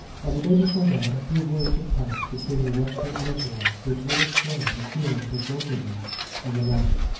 on the day before that a few words had passed between the rector and his wife, which will explain the feelings of both of them in the matter.